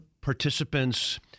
participants